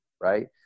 Right